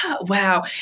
wow